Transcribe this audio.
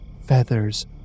feathers